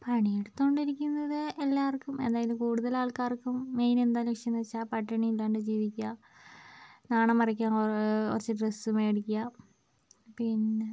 പണിയെടുത്തോണ്ടിരിക്കുന്നത് എല്ലാവർക്കും അതായത് കൂടുതലാൾക്കാർക്കും മെയിൻ എന്താണ് വിഷയംന്ന് വെച്ചാൽ പട്ടിണിയില്ലാണ്ട് ജീവിക്കുക നാണം മറയ്ക്കാൻ കുറെ കുറച്ച് ഡ്രെസ്സ് മേടിക്കുക പിന്നെ